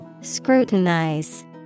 Scrutinize